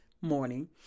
morning